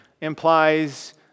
implies